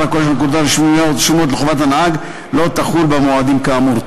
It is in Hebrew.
הכולל של הנקודות הרשומות לחובת הנהג לא תחול במועדים כאמור.